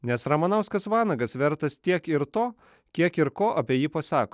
nes ramanauskas vanagas vertas tiek ir to kiek ir ko apie jį pasako